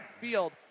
field